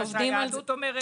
מה שהיהדות אומרת לא מעניין.